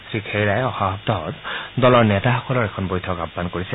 শ্ৰীখেইৰাই অহা সপ্তাহত দলৰ নেতাসকলৰ এখন বৈঠক আহান কৰিছিল